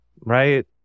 right